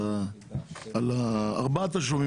4 תשלומים,